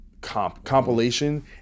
compilation